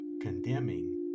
condemning